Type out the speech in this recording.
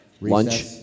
Lunch